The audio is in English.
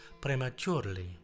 prematurely